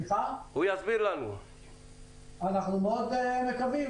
אנחנו מאוד מקווים.